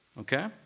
Okay